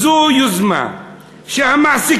זו יוזמה שהמעסיקים,